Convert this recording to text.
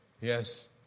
Yes